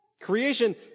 Creation